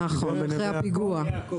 הפיגוע בנווה יעקב?